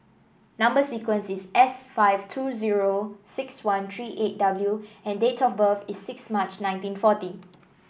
number sequence is S five two zero six one three eight W and date of birth is six March nineteen forty